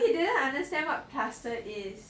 no he didn't understand what plaster is